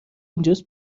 اینجاست